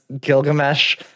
Gilgamesh